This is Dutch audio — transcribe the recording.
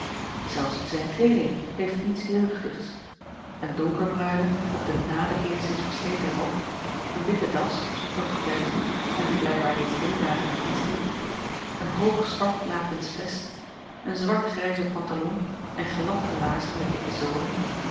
zelfs zijn kleeding heeft niets jeugdigs een donkerbruine op de naden eenigszins versleten rok een witte das zonder pretensie en die blijkbaar reeds drie dagen dienst heeft een hoog zwart lakensch vest een zwartgrijze pantalon en gelapte laarzen met dikke zolen